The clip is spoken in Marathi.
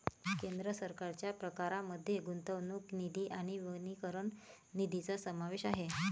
केंद्र सरकारच्या प्रकारांमध्ये गुंतवणूक निधी आणि वनीकरण निधीचा समावेश आहे